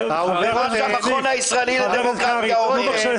מה המכון הישראלי לדמוקרטיה אומר.